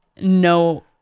No